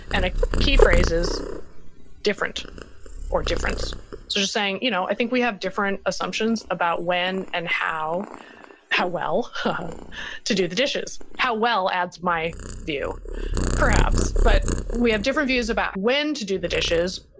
and the ah key phrase is different or difference. so just saying, you know i think we have different assumptions about when and how how well to do the dishes, how well adds my view perhaps. but we have different views about when to do the dishes,